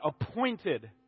appointed